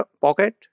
pocket